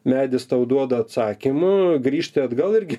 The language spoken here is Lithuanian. medis tau duoda atsakymų grįžti atgal irgi